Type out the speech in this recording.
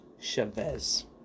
Chavez